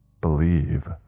Believe